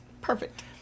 Perfect